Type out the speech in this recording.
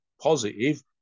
positive